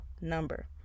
number